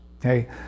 okay